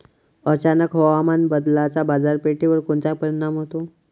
अचानक हवामान बदलाचा बाजारपेठेवर कोनचा परिणाम होतो?